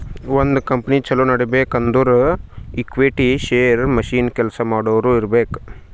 ಒಂದ್ ಕಂಪನಿ ಛಲೋ ನಡಿಬೇಕ್ ಅಂದುರ್ ಈಕ್ವಿಟಿ, ಶೇರ್, ಮಷಿನ್, ಕೆಲ್ಸಾ ಮಾಡೋರು ಇರ್ಬೇಕ್